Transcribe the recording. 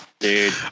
Dude